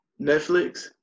Netflix